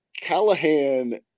Callahan